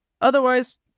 Otherwise